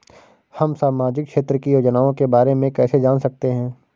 हम सामाजिक क्षेत्र की योजनाओं के बारे में कैसे जान सकते हैं?